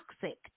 toxic